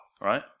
right